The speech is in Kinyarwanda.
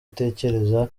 utekereza